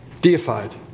deified